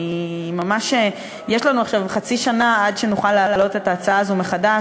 יש לנו עכשיו חצי שנה עד שנוכל להעלות את ההצעה הזו מחדש,